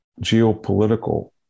geopolitical